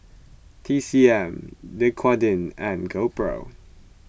T C M Dequadin and GoPro